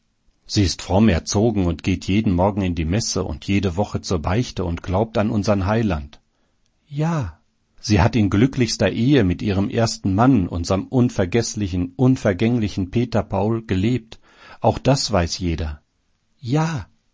sie ist fromm erzogen und geht jeden morgen in die messe und jede woche zur beichte und glaubt an unsern heiland ja sie hat in glücklichster ehe mit ihrem ersten mann unserem unvergeßlichen unvergänglichen peter paul gelebt auch das weiß jeder ja